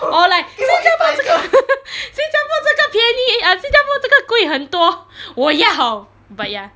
or like 新加坡这个 新加坡这个便宜 err 新加坡这个贵很多 我要 but ya